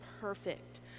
perfect